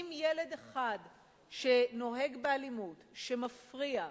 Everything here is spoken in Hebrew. אם ילד אחד שנוהג באלימות, שמפריע,